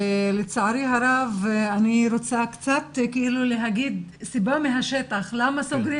לצערי הרב אני רוצה להגיד מהשטח מה הסיבה שסוגרים